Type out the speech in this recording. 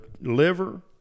liver